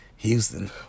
Houston